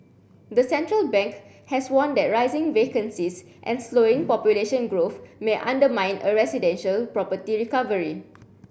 the central bank has warned that rising vacancies and slowing population growth may undermine a residential property recovery